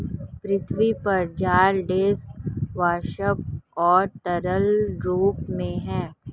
पृथ्वी पर जल ठोस, वाष्प और तरल रूप में है